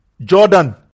Jordan